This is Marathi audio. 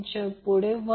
64 j 7